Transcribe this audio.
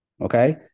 Okay